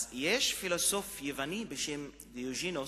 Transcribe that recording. אז יש פילוסוף יווני בשם דיוגנס,